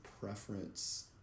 preference